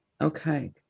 Okay